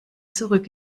zurück